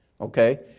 Okay